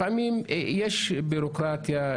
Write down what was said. לפעמים יש בירוקרטיה,